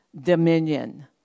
dominion